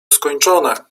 skończone